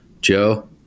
Joe